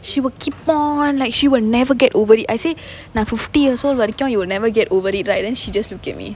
she will keep on like she will never get over it I say நான்:naan fifty years old வரைக்கும்:varaikkum you will never get over it right then she just look at me